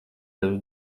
tavas